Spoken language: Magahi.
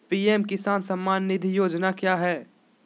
पी.एम किसान सम्मान निधि योजना क्या है?